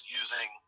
using